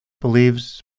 believes